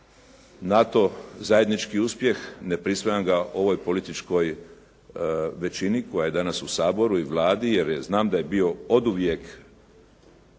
NATO zajednički uspjeh. Ne prisvajam ga ovoj političkoj većini koja je danas u Saboru i Vladi, jer znam da je bio oduvijek